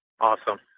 Awesome